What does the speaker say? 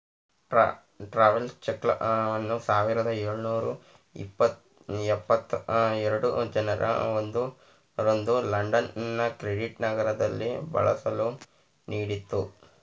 travels ಚೆಕ್ಗಳನ್ನು ಸಾವಿರದ ಎಳುನೂರ ಎಪ್ಪತ್ತ ಎರಡು ಜನವರಿ ಒಂದು ರಂದು ಲಂಡನ್ ಕ್ರೆಡಿಟ್ ನಗರದಲ್ಲಿ ಬಳಸಲು ನೀಡಿತ್ತು